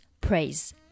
praise